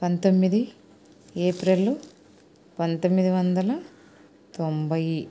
పంతొమ్మిది ఏప్రిల్ పంతొమ్మిది వందల తొంభై